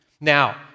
Now